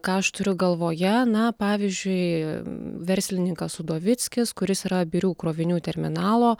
ką aš turiu galvoje na pavyzdžiui verslininkas udovickis kuris yra birių krovinių terminalo